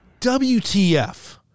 WTF